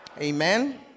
Amen